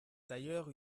d’ailleurs